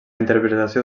interpretació